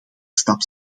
stap